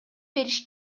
бериш